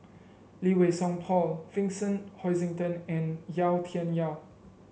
Lee Wei Song Paul Vincent Hoisington and Yau Tian Yau